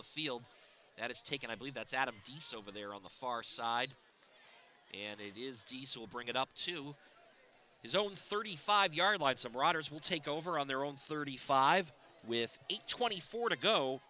the field that is taken i believe that's adam d so over there on the far side and it is diesel bring it up to his own thirty five yard line some riders will take over on their own thirty five with a twenty four to go